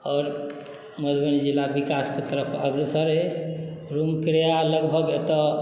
आओर मधुबनी जिला विकासके तरफ अग्रसर अइ रूम किराया लगभग एतय